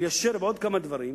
ליישר בו עוד כמה דברים,